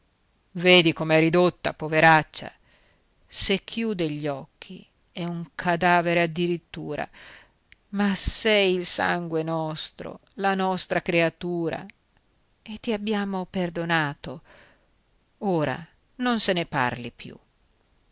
ricca vedi com'è ridotta poveraccia se chiude gli occhi è un cadavere addirittura ma sei il sangue nostro la nostra creatura e ti abbiamo perdonato ora non se ne parli più